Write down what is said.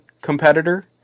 competitor